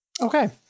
Okay